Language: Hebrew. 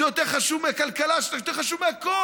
זה יותר חשוב מכלכלה, זה יותר חשוב מהכול.